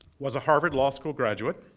was a harvard law school graduate.